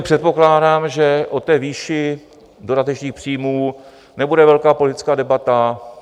Předpokládám, že o výši dodatečných příjmů nebude velká politická debata.